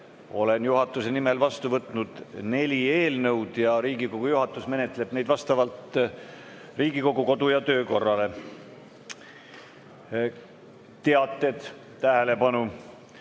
Olen juhatuse nimel vastu võtnud neli eelnõu. Riigikogu juhatus menetleb neid vastavalt Riigikogu kodu- ja töökorra seadusele. Teated. Tähelepanu!